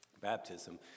Baptism